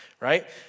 right